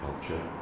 culture